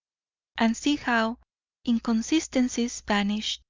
and see how inconsistencies vanish,